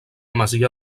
masia